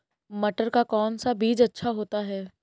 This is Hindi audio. मटर का कौन सा बीज अच्छा होता हैं?